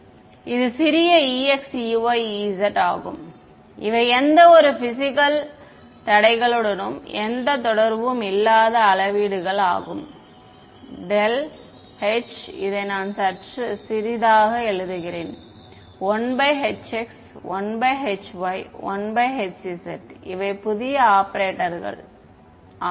இது சிறிய ex ey ez ஆகும் இவை எந்தவொரு பிசிக்கல் தடைகளுடனும் எந்த தொடர்பும் இல்லாத அளவீடுகள் ஆகும் ∇h இதை நான் சற்று சிறியதாக எழுதுகிறேன் 1hx 1hy 1hz இவை புதிய ஆபரேட்டர்கள் சரி